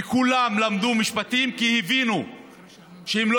וכולם למדו משפטים כי הם הבינו שהם לא